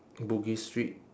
bugis street